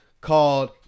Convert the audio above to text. called